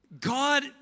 God